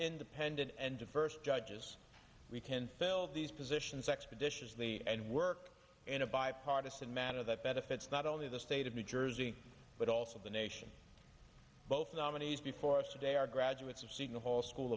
independent and diverse judges we can fill these positions expeditiously and work in a bipartisan manner that benefits not only the state of new jersey but also the nation both nominees before us today are graduates of cigna whole school